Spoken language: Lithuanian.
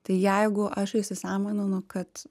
tai jeigu aš įsisąmoninu kad